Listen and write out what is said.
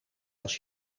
als